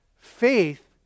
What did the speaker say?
Faith